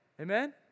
Amen